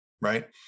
Right